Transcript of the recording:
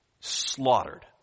Slaughtered